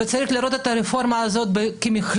וצריך לראות את הרפורמה הזאת כמכלול,